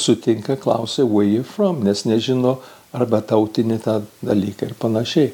sutinka klausia ui from nes nežino arba tautinį tą dalyką ir panašiai